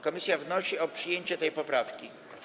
Komisja wnosi o przyjęcie tej poprawki.